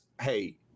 hey